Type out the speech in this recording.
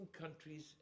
countries